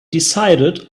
decided